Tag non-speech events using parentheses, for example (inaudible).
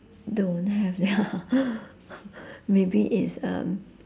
don't have leh (laughs) maybe it's um